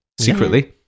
secretly